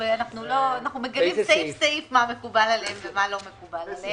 אנחנו מגלים סעיף-סעיף מה מקובל עליהם ומה לא מקובל עליהם.